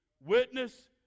witness